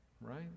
right